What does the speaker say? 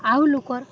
ଆଉ ଲୋକର